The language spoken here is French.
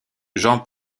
jean